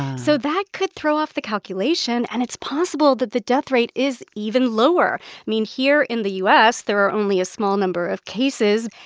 so that could throw off the calculation. and it's possible that the death rate is even lower. i mean, here in the u s, there are only a small number of cases.